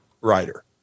writer